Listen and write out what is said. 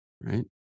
right